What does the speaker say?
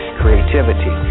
creativity